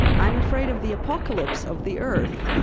i'm afraid of the apocalypse of the earth.